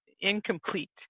incomplete